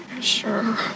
Sure